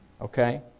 okay